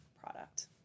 product